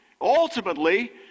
ultimately